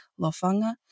Lofanga